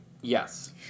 Yes